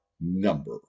number